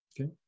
okay